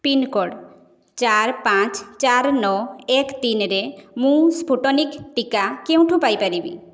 pincode ଚାରି ପାଞ୍ଚ ଚାରି ନଅ ଏକ ତିନିରେ ମୁଁ ସ୍ପୁଟନିକ୍ ଟିକା କେଉଁଠୁ ପାଇପାରିବି